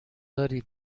دارید